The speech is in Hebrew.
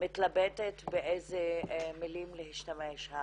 מתלבטת באיזה מילים להשתמש.